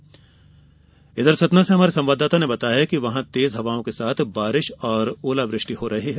हमारे सतना संवाददाता ने बताया है कि यहां तेज हवाओं के साथ बारिश और ओलावृष्टि हो रही है